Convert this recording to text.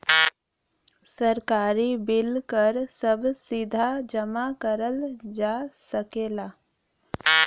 सरकारी बिल कर सभ सीधा जमा करल जा सकेला